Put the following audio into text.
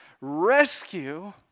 rescue